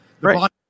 Right